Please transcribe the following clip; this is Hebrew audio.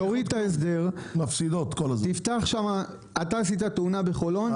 עובדה שהיום מורידים להם 20%. אם עשית תאונה בחולון,